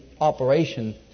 operation